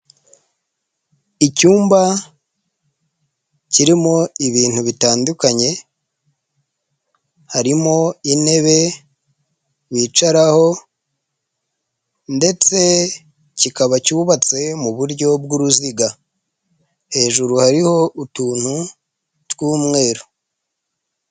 Icyumba kirimo ibintu bitandukanye, harimo intebe bicaraho ndetse kikaba cyubatse mu buryo bw'uruziga, hejuru hariho utuntu tw'umweru.